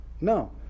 no